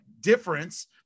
difference